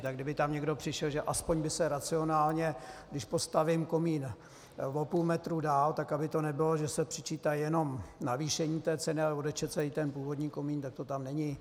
Tak kdyby tam někdo přišel, že aspoň by se racionálně když postavím komín o půl metru dál, tak aby to nebylo tak, že se přičítají jenom navýšení té ceny, ale odečetl se i ten původní komín, tak to tam není.